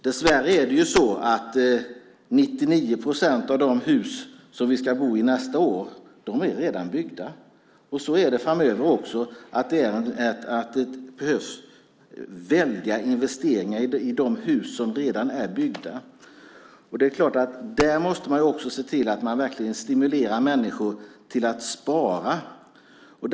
Dessvärre är 99 procent av de hus som vi ska bo i nästa år redan byggda. Framöver behövs det väldigt stora investeringar i de hus som redan är byggda. Där måste man se till att stimulera människor att spara energi.